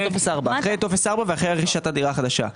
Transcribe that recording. טופס 4 ואחרי רכישת הדירה החדשה.